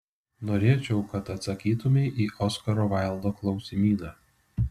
norėčiau kad atsakytumei į oskaro vaildo klausimyną